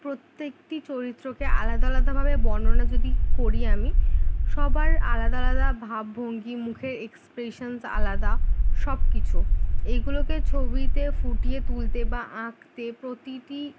প্রত্যেকটি চরিত্রকে আলাদা আলাদাভাবে বর্ণনা যদি করি আমি সবার আলাদা আলাদা ভাবভঙ্গী মুখের এক্সপ্রেশনস আলাদা সব কিছু এইগুলোকে ছবিতে ফুটিয়ে তুলতে বা আঁকতে প্রতিটি